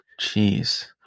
Jeez